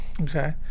Okay